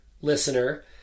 listener